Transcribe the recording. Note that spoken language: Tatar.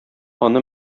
аны